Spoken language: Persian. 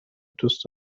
دوست